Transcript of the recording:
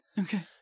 Okay